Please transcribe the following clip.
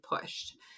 pushed